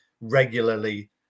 regularly